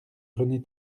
rené